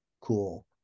cool